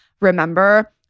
remember